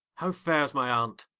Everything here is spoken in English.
how fares my aunt?